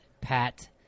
pat